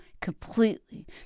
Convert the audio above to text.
completely